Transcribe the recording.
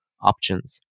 options